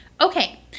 Okay